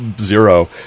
zero